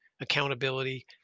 accountability